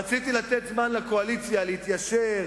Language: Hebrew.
רציתי לתת זמן לקואליציה להתיישר,